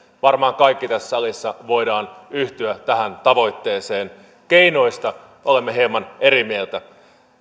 varmaan kaikki tässä salissa voimme yhtyä tähän tavoitteeseen keinoista olemme hieman eri mieltä